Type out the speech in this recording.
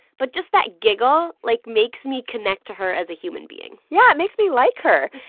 but just that giggle, like, makes me connect to her as a human being yeah, it makes me like her.